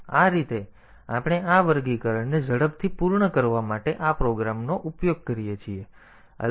તેથી આ રીતે આપણે આ વર્ગીકરણને ઝડપથી પૂર્ણ કરવા માટે આ પ્રોગ્રામનો ઉપયોગ કરી શકીએ છીએ